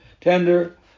tender